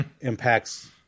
impacts